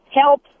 help